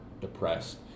depressed